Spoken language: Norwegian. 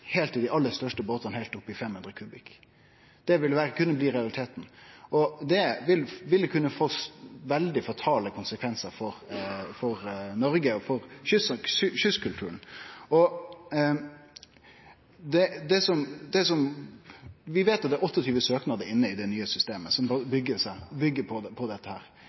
heilt til dei aller største båtane på opptil 500 kbm lasteromsvolum. Det kunne blitt realiteten. Det ville kunne få veldig fatale konsekvensar for Noreg og for kystkulturen. Vi veit at det er 28 søknader inne i det nye systemet som byggjer på dette. Det er allereie få deltakartilgangar i fisket. Små endringar vil kunne få store utfall. Så spørsmålet mitt til ministeren er: Såg ministeren at dette